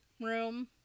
room